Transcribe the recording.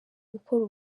gukora